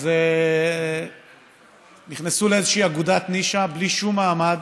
אז נכנסו לאיזושהי אגודת נישה, בלי שום מעמד,